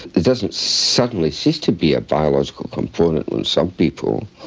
it doesn't suddenly cease to be a biological component with some people,